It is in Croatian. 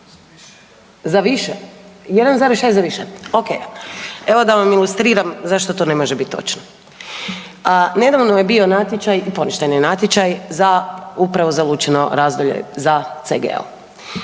Za više 1,6 za više? Ok, evo da vam ilustriram zašto to ne može biti točno. Nedavno je bio natječaj i poništen je natječaj za upravo za Lučino razdolje za CGO,